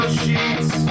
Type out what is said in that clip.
sheets